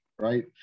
Right